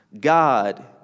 God